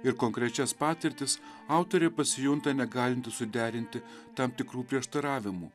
ir konkrečias patirtis autorė pasijunta negalinti suderinti tam tikrų prieštaravimų